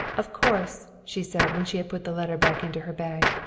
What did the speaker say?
of course, she said when she had put the letter back into her bag,